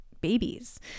babies